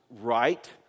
right